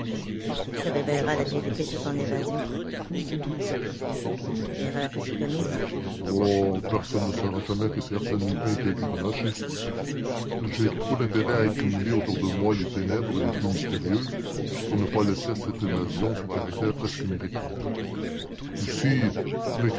vous révélerez la vérité sur votre évasion l'erreur que j'ai commise oh personne ne saura jamais que c'est arsène lupin qui a été relâché j'ai trop d'intérêt à accumuler autour de moi les ténèbres les plus mystérieuses pour ne pas laisser à cette évasion son caractère presque miraculeux aussi